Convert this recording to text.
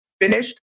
finished